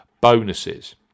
bonuses